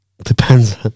Depends